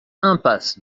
impasse